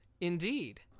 Indeed